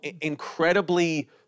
incredibly